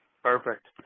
Perfect